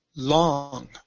Long